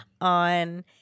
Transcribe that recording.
on